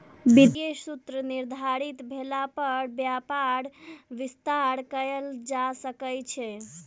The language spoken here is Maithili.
वित्तीय सूत्र निर्धारित भेला पर व्यापारक विस्तार कयल जा सकै छै